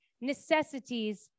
necessities